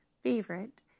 favorite